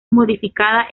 modificada